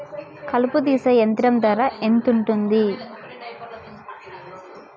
కలుపు తీసే యంత్రం ధర ఎంతుటది?